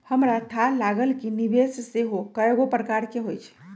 हमरा थाह लागल कि निवेश सेहो कएगो प्रकार के होइ छइ